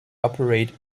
operate